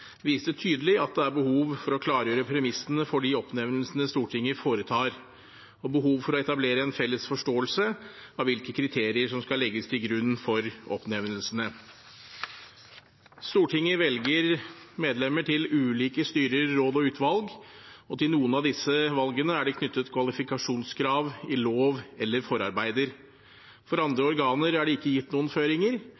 viste tydelig at det er behov for å klargjøre premissene for de oppnevnelsene Stortinget foretar, og at det er behov for å etablere en felles forståelse av hvilke kriterier som skal legges til grunn for oppnevnelsene. Stortinget velger medlemmer til ulike styrer, råd og utvalg. Til noen av disse valgene er det knyttet kvalifikasjonskrav i lov eller forarbeider. For andre